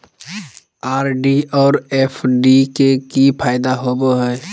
RD और FD के की फायदा होबो हइ?